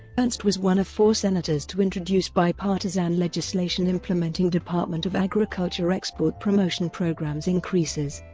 ernst was one of four senators to introduce bipartisan legislation implementing department of agriculture export promotion programs increases.